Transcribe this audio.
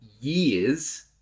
years